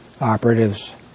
operatives